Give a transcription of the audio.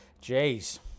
Jays